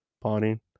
pawning